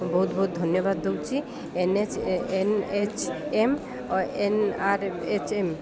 ବହୁତ ବହୁତ ଧନ୍ୟବାଦ ଦେଉଛି N H N H M N R H M